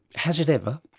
has it ever?